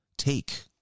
take